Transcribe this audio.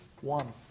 one